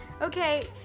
Okay